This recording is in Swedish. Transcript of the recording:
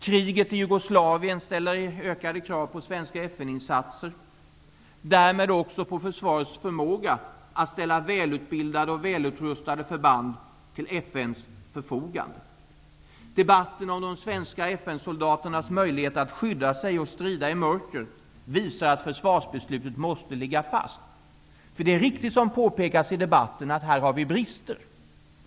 Kriget i Jugoslavien ställer ökade krav på svenska FN insatser, därmed också på försvarets förmåga att ställa välutbildade och välutrustade förband till Debatten om de svenska FN-soldaternas möjlighet att skydda sig och att strida i mörker visar att försvarsbeslutet måste ligga fast. Det är riktigt, som påpekats i debatten, att här har vi brister.